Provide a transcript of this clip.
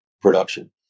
production